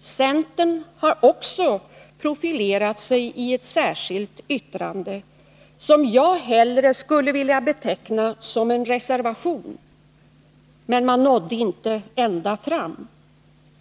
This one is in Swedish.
Centern har också profilerat sig i ett särskilt yttrande, som jag hellre skulle vilja beteckna som en reservation — men man nådde här inte ända fram.